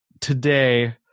today